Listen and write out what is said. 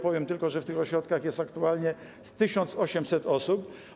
Powiem tylko, że w tych ośrodkach jest aktualnie 1800 osób.